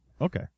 Okay